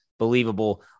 believable